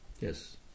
Yes